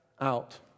out